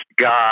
God